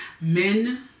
Men